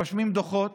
רושמים דוחות,